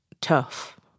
tough